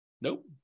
Nope